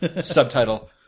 subtitle